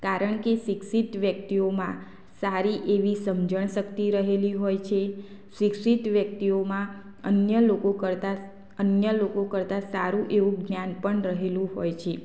કારણ કે શિક્ષિત વ્યક્તિઓમાં સારી એવી સમજણ શક્તિ રહેલી હોય છે શિક્ષિત વ્યક્તિઓમાં અન્ય લોકો કરતાં અન્ય લોકો કરતાં સારું એવું જ્ઞાન પણ રહેલું હોય છે